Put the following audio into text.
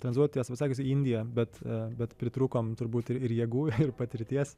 tranzuoti tiesą pasakius į indiją bet bet pritrūkom turbūt ir jėgų ir patirties